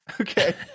Okay